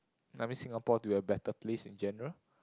I mean Singapore to a better place in general